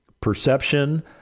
perception